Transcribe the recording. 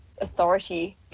authority